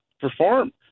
perform